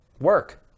work